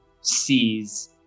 sees